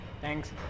Thanks